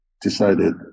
decided